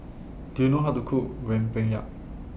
Do YOU know How to Cook Rempeyek